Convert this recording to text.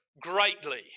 greatly